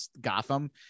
Gotham